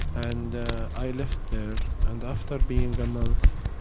and i left there. and after being a month,